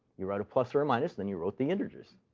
you wrote a plus or a minus, then you wrote the integers.